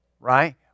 Right